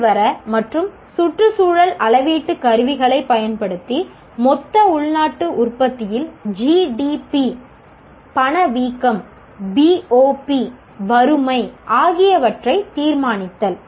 புள்ளிவிவர மற்றும் சுற்றுச்சூழல் அளவீட்டு கருவிகளைப் பயன்படுத்தி மொத்த உள்நாட்டு உற்பத்தியில் GDP பணவீக்கம் BOP வறுமை ஆகியவற்றைத் தீர்மானித்தல்